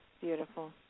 Beautiful